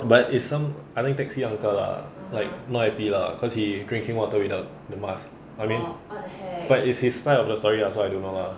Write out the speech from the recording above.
but is some I mean taxi uncle lah like not happy lah cause he drinking water without the mask I mean but is his part of the story lah so I don't know lah